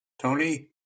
Tony